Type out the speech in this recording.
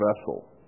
vessel